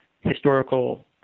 historical